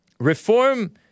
Reform